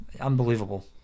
Unbelievable